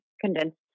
condensed